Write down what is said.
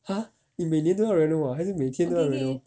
!huh! 你每年都要 reno ah 还是每天都要 reno